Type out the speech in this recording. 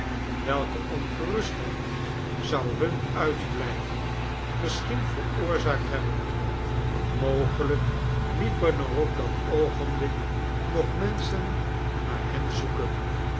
welke ongerustheid zou hun uitblijven misschien veroorzaakt hebben mogelijk liepen er op dat oogenblik nog menschen naar hen zoeken